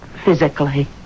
physically